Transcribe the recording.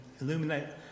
illuminate